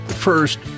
First